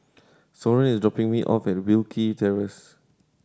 Soren is dropping me off at Wilkie Terrace